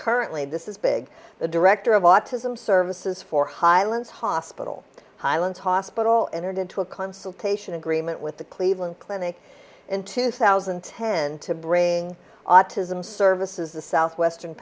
currently this is big the director of autism services for highlands hospital highland hospital entered into a consultation agreement with the cleveland clinic in two thousand and ten to bring autism services the southwestern